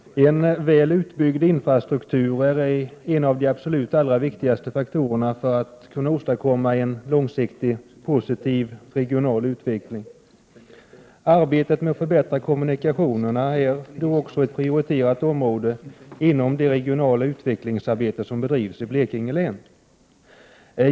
Fru talman! En väl utbyggd infrastruktur är en av de viktigaste faktorerna för att åstadkomma en långsiktig, positiv regional utveckling. Arbetet med att förbättra kommunikationerna är också ett prioriterat område inom det regionala utvecklingsarbete som bedrivs i Blekinge län.